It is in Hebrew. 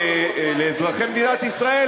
לאזרחי מדינת ישראל,